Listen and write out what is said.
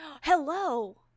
Hello